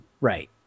right